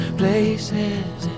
places